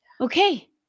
okay